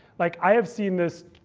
like i have seen this,